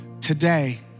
today